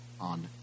on